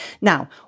Now